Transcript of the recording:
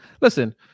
Listen